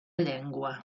llengua